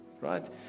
right